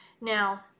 now